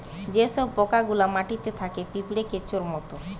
যে সব পোকা গুলা মাটিতে থাকে পিঁপড়ে, কেঁচোর মত